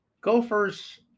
gophers